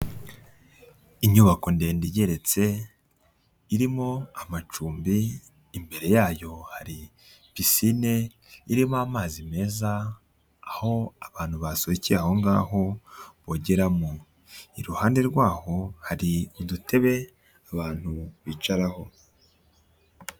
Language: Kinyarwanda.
Inyubako ndende igeretse irimo amacumbi, imbere yayo hari pisine irimo amazi meza, aho abantu basohokeye aho ngaho bogeramo. Iruhande rwaho hari udutebe abantu bicaraho.